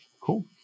Cool